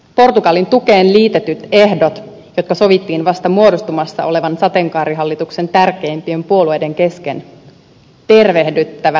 portugalin tukeen liitetyt ehdot jotka sovittiin vasta muodostumassa olevan sateenkaarihallituksen tärkeimpien puolueiden kesken tervehdyttävät rahoituskriisin hallintaa